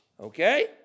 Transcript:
Okay